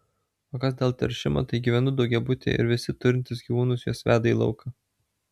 o kas dėl teršimo tai gyvenu daugiabutyje ir visi turintys gyvūnus juos veda į lauką